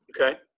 Okay